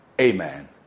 amen